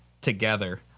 together